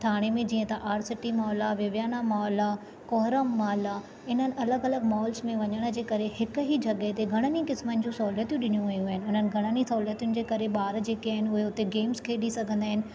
थाणे में जीअं त आर सिटी मॉल आहे विवियाना मॉल आहे कोरह मॉल आहे इन्हनि अलॻि अलॻि मॉल्स में वञण जे करे हिकु ई जॻहि ते घणनि ई क़िस्मनि जूं सहूलियतूं ॾिनियूं वेयूं आहिनि उन्हनि घणनि ई सहूलितुनि जे करे ॿार जेके आहिनि उहे हुते गेम्स खेॾी सघंदा आहिनि